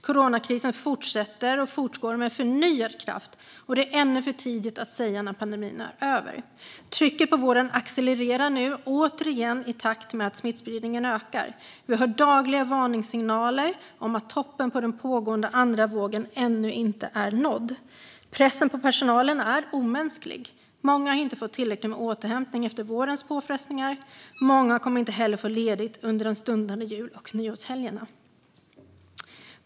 Coronakrisen fortgår med förnyad kraft, och det är ännu för tidigt att säga när pandemin är över. Trycket på vården accelererar återigen i takt med att smittspridningen ökar. Vi hör dagligen varningssignaler om att toppen på den pågående andra vågen ännu inte är nådd. Pressen på personalen är omänsklig. Många har inte fått tillräckligt med återhämtning efter vårens påfrestningar, och många får inte heller ledigt under de stundande jul och nyårshelgerna.